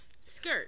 skirt